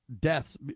deaths